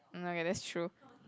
mm okay that's true